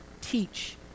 teach